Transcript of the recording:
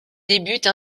débute